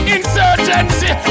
Insurgency